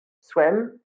swim